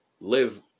live